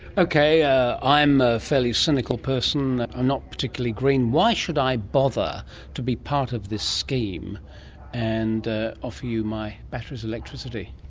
okay, ah i'm a fairly cynical person, i'm not particularly green, why should i bother to be part of this scheme and ah offer you my battery's electricity?